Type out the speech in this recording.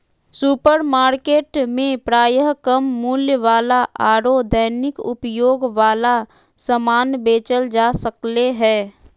supermarket में प्रायः कम मूल्य वाला आरो दैनिक उपयोग वाला समान बेचल जा सक्ले हें